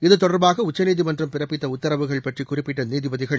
இது தொடர்பாக உச்சநீதிமன்றம் பிறப்பித்த உத்தரவுகள் பற்றி குறிப்பிட்ட நீதிபதிகள்